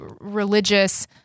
religious